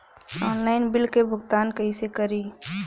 Online bill क भुगतान कईसे करी?